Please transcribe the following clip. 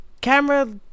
camera